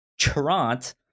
charant